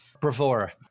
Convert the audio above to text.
bravura